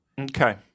Okay